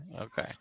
Okay